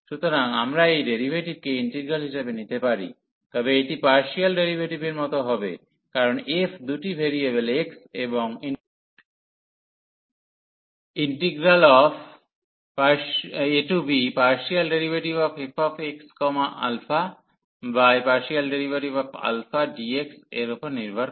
সুতরাং আমরা এই ডেরিভেটিভটিকে ইন্টিগ্রাল হিসাবে নিতে পারি তবে এটি পার্সিয়াল ডেরিভেটিভের মতো হবে কারণ f দুটি ভেরিয়েবল x এবং ab∂fxα∂αdx এর উপর নির্ভর করে